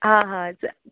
हां हां चल